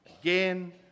again